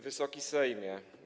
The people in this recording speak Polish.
Wysoki Sejmie!